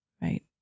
right